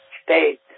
state